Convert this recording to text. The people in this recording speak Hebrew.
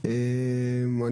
אנחנו נאלצים,